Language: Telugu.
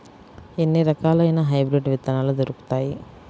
ఎన్ని రకాలయిన హైబ్రిడ్ విత్తనాలు దొరుకుతాయి?